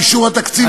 באישור התקציב,